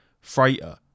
freighter